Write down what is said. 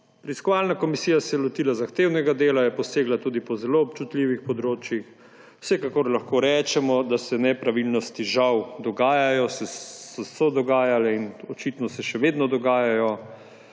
Preiskovalna komisija se je lotila zahtevnega dela, je posegla tudi po zelo občutljivih področjih. Vsekakor lahko rečemo, da se nepravilnosti žal dogajajo, so se dogajale in očitno se še vedno dogajajo.